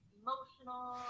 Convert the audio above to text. emotional